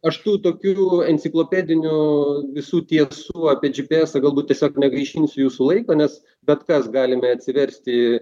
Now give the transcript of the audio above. aš tų tokių enciklopedinių visų tiesų apie džy py esą galbūt tiesiog negaišinsiu jūsų laiko nes bet kas galime atsiversti